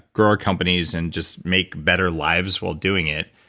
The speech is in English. grow our companies and just make better lives while doing it.